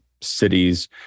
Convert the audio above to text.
cities